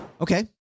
Okay